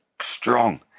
strong